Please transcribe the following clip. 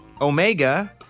Omega